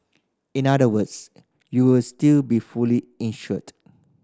in other words you will still be fully insured